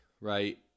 right